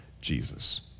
Jesus